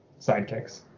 sidekicks